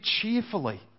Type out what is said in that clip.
cheerfully